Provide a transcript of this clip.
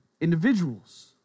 individuals